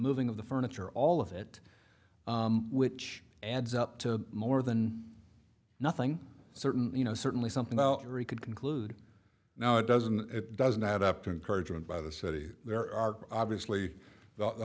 moving of the furniture all of it which adds up to more than nothing certain you know certainly something out or you could conclude now it doesn't it doesn't add up to encourage and by the city there are obviously